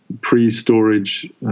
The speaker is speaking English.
pre-storage